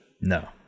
no